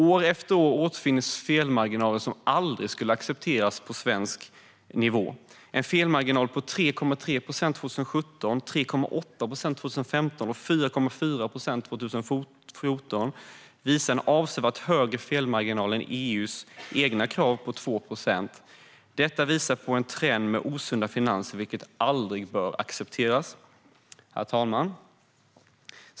År efter år återfinns felmarginaler som aldrig skulle accepteras på svensk nivå. Felmarginaler på 3,3 procent 2017, 3,8 procent 2015 och 4,4 procent 2014 visar på avsevärt högre felmarginaler än EU:s eget krav på 2 procent. Detta visar på en trend med osunda finanser, vilket aldrig bör accepteras. Herr talman!